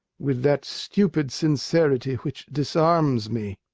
with that stupid sincerity which disarms me.